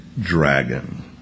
dragon